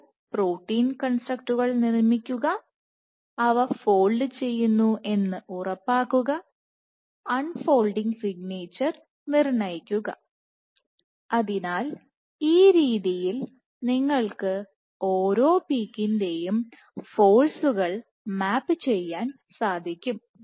വിവിധ പ്രോട്ടീൻ കൺസ്ട്രക്ടറ്റുകൾ നിർമ്മിക്കുക അവ ഫോൾഡ് ചെയ്യുന്നു എന്ന് ഉറപ്പാക്കുക അൺ ഫോൾഡിങ് സിഗ്നേച്ചർ നിർണയിക്കുകഅതിനാൽ ഈ രീതിയിൽ നിങ്ങൾക്ക് ഓരോ പീക്കിൻറെയും ഫോഴ്സുകൾ മാപ്പ് ചെയ്യാൻ സാധിക്കും